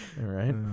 right